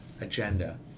agenda